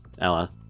Ella